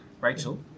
Rachel